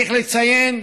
צריך לציין